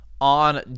on